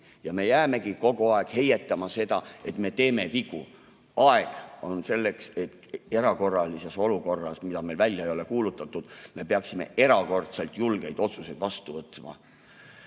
ja me jäämegi kogu aeg heietama seda, et me teeme vigu. Aeg on selleks, et erakorralises olukorras, mida meil välja ei ole kuulutatud, me peaksime erakordselt julgeid otsuseid vastu võtma.